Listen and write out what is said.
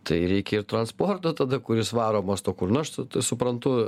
tai reikia ir transporto tada kuris varomas tuo kuru nu aš suprantu